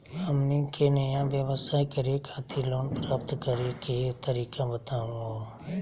हमनी के नया व्यवसाय करै खातिर लोन प्राप्त करै के तरीका बताहु हो?